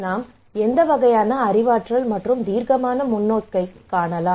நாம் எந்த வகையான அறிவாற்றல் மற்றும் தீர்க்கமான முன்னோக்கைக் காணலாம்